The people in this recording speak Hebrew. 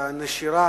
נשירה